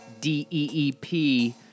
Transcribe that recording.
D-E-E-P